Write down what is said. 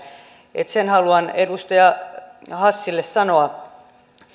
sen haluan edustaja hassille sanoa